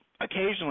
Occasionally